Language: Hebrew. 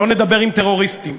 לא נדבר עם טרוריסטים,